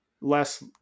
Less